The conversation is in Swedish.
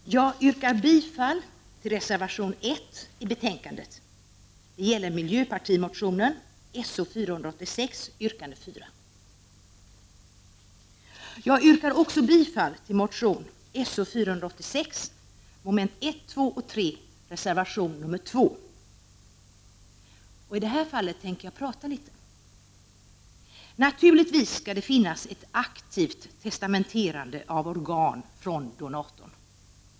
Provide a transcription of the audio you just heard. Herr talman! Jag yrkar bifall till reservation 1 i betänkandet. Denna reservation gäller miljöpartiets motion §0486, yrkande 4. Jag yrkar också bifall till reservation 2, som grundar sig på motion S0486, moment 1, 2 och 3. Vad gäller denna motion tänker jag säga några ord. Naturligtvis skall det finnas ett aktivt testamenterande av organ från en donator.